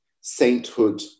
sainthood